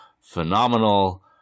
phenomenal